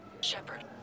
Shepard